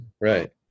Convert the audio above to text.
Right